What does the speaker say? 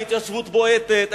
ההתיישבות בועטת,